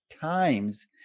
times